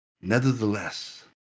Nevertheless